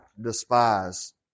despise